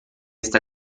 sta